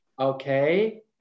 Okay